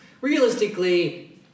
realistically